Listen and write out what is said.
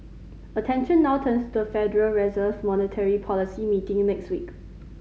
attention now turns to the Federal Reserve's monetary policy meeting next week